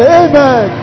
amen